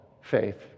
faith